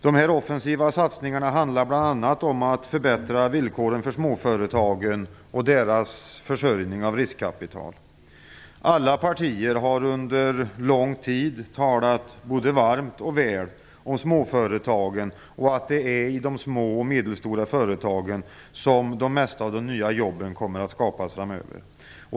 Dessa offensiva satsningar handlar bl.a. om att förbättra villkoren för småföretagen och deras försörjning av riskkapital. Alla partier har under lång tid talat både varmt och väl om småföretagen och att det är i de små och medelstora företagen som de flesta av de nya jobben kommer att skapas framöver.